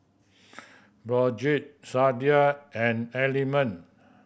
Brotzeit Sadia and Element